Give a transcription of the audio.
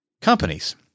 companies